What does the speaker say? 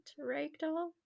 ragdoll